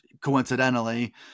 coincidentally